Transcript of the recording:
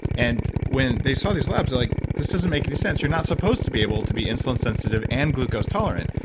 and when they saw these labs, they're like, this doesn't make any sense you're not supposed to be able to be insulin sensitive and glucose tolerant.